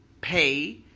pay